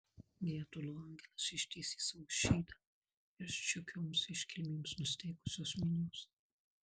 gedulo angelas ištiesė savo šydą virš džiugioms iškilmėms nusiteikusios minios